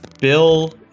Bill